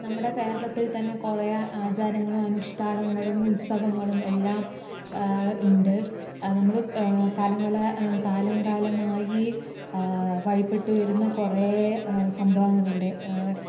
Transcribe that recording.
നമ്മുടെ കേരളത്തിൽ തന്നെ കുറെ ആചാരങ്ങളും അനുഷഠാനങ്ങളും ഉത്സവങ്ങളും എല്ലാം ഉണ്ട് അത് നമ്മള് കാലംകാലം കാലംകാലമായി വഴിപ്പെട്ടു വരുന്ന കുറെ സംഭവങ്ങളുണ്ട്